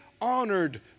honored